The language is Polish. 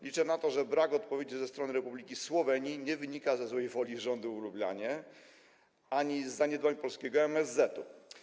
Liczę na to, że brak odpowiedzi ze strony Republiki Słowenii nie wynika ze złej woli rządu w Lublanie ani z zaniedbań polskiego MSZ-etu.